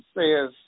says